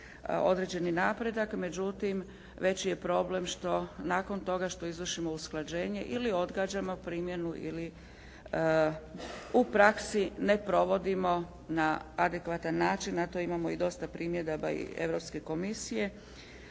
određeni napredak međutim veći je problem što nakon toga što izvršimo usklađenje ili odgađamo primjenu ili u praksi ne provodimo na adekvatan način. Na to imamo i dosta primjedaba i Europske komisije,